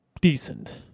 decent